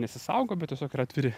nesisaugo bet tiesiog yra atviri